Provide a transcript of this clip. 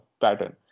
pattern